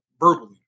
verbally